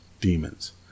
demons